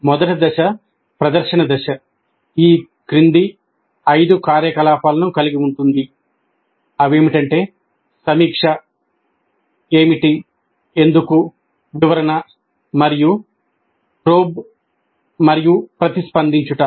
మొదటి దశ ప్రదర్శన దశ ఈ క్రింది ఐదు కార్యకలాపాలను కలిగి ఉంది సమీక్ష ఏమి ఎందుకు వివరణ మరియు ప్రోబ్ ప్రతిస్పందించుట